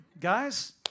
guys